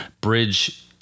Bridge